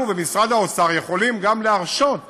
אנחנו ומשרד האוצר יכולים גם להרשות את